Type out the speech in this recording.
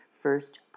first